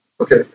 Okay